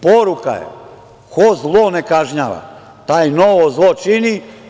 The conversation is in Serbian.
Poruka je - ko zlo ne kažnjava, taj novo zlo čini.